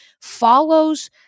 follows